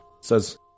Says